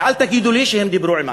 ואל תגידו לי שהם דיברו עם האנשים.